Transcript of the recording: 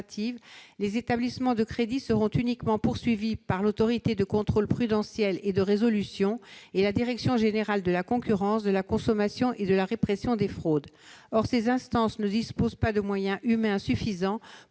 les établissements de crédit seront uniquement poursuivis par l'Autorité de contrôle prudentiel et de résolution (APCR) et la direction générale de la concurrence, de la consommation et de la répression des fraudes (DGCCRF). Or ces instances ne disposent pas de moyens humains suffisants pour